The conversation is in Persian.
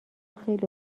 خیلی